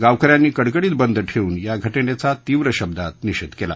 गावकऱ्यांनी कडकडीत बंद ठेवून या घटनेचा तीव्र शब्दात निषेध केला